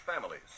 families